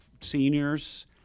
seniors